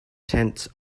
tents